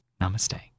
Namaste